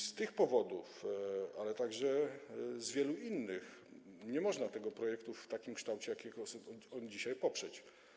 Z tych powodów, ale także z wielu innych nie można tego projektu w takim kształcie, jakim jest on dzisiaj, poprzeć.